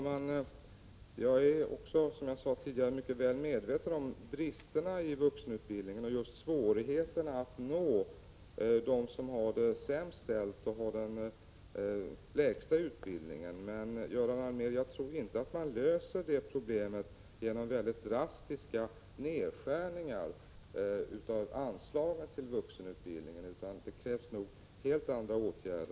Herr talman! Också jag är, som jag sade tidigare, väl medveten om bristerna i vuxenutbildningen och svårigheterna att nå dem som har det sämst ställt och den lägsta utbildningen. Men jag tror inte, Göran Allmér, att man löser det problemet genom drastiska nedskärningar av anslagen till vuxenutbildningen. Det krävs nog helt andra åtgärder.